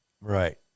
Right